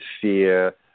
fear